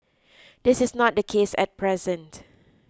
this is not the case at present